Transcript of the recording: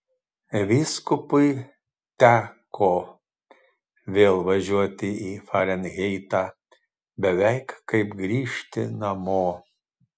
vyskupui te ko vėl važiuoti į farenheitą beveik kaip grįžti namo